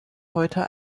heute